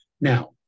Now